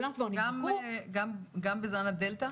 גם בזן הדלתא?